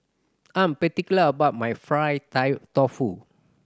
I am particular about my fried tofu